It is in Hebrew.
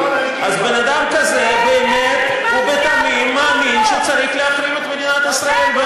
אז בן-אדם כזה באמת ובתמים מאמין שצריך להחרים את מדינת ישראל.